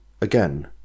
again